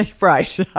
right